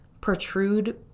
protrude